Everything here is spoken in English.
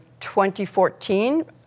2014